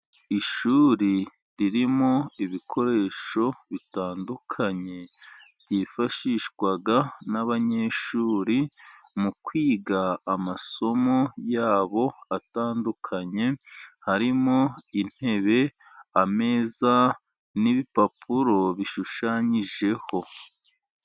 Ishuri ririmo ibikoresho bitandukanye byifashishwa n'abanyeshuri mu kwiga amasomo yabo atandukanye. Harimo intebe, ameza n'ibipapuro bishushanyijeho.